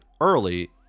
early